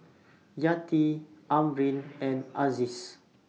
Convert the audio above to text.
Yati Amrin and Aziz's